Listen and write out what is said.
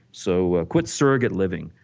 so ah quit surrogate living,